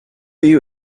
you